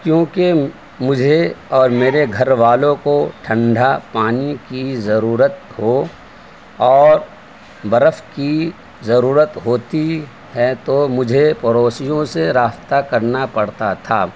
کیونکہ مجھے اور میرے گھر والوں کو ٹھنڈھا پانی کی ضرورت ہو اور برف کی ضرورت ہوتی ہے تو مجھے پڑٚوسیوں سے رابطہ کرنا پڑتا تھا